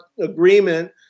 agreement